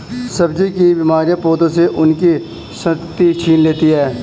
सब्जी की बीमारियां पौधों से उनकी शक्ति छीन लेती हैं